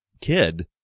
kid